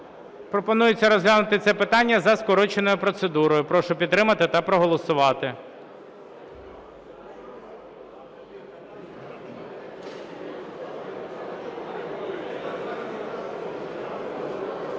Пропонується розглянути це питання за скороченою процедурою. Прошу підтримати та проголосувати.